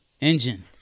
engine